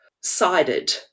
sided